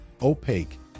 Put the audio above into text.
opaque